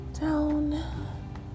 down